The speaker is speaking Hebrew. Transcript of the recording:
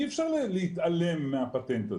אי אפשר להתעלם מהפטנט הזה.